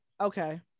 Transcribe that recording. okay